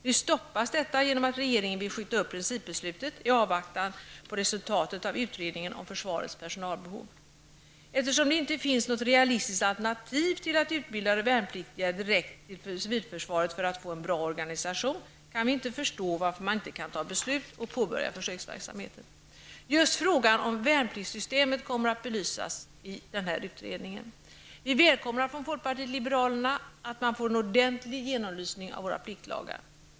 Nu stoppas detta genom att regeringen vill uppskjuta principbeslutet i avvaktan på resultatet av utredningen om försvarets personalbehov. Eftersom det inte finns något realistiskt alternativ till att utbilda värnpliktiga direkt till civilförsvaret för att få en bra organisation, kan vi inte förstå varför man inte nu kan fatta beslut och påbörja försöksverksamheten. Just frågan om värnpliktssystemet kommer att belysas i nämnda utredning. Vi i folkpartiet liberalerna välkomnar att man får en ordentlig genomlysning av våra pliktlagar.